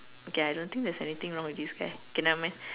okay I don't think there's anything wrong with this guy okay nevermind